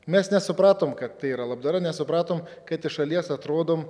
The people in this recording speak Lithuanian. mes nesupratom kad tai yra labdara nesupratom kad iš šalies atrodom